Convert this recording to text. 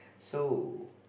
so